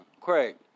Craig